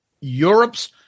Europe's